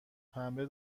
پنبه